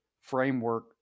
framework